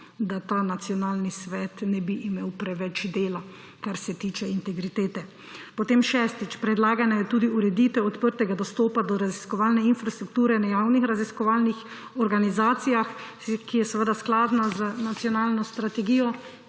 da ta Nacionalni svet ne bi imel preveč dela, kar se tiče integritete. Potem šestič, predlagana je tudi ureditev odprtega dostopa do raziskovalne infrastrukture na javnih raziskovalnih organizacijah, ki je seveda skladna z Nacionalno strategijo